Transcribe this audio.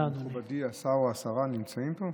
מכובדי השר או השרה נמצאים פה?